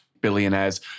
billionaires